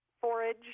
forage